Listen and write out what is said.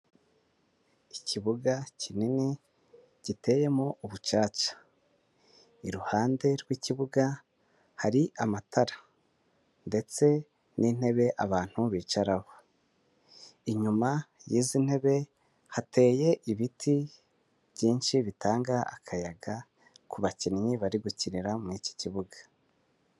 Ikibuga kinini giteyemo ubucaca, iruhande rw'ikibuga hari amatara ndetse n'intebe abantu bicaraho, inyuma y'izi ntebe hateye ibiti byinshi bitanga akayaga ku bakinnyi bari gukinira muri iki kibuga.